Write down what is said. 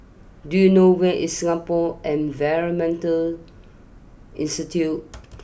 do you know where is Singapore Environment Institute